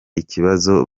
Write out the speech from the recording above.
ikibazo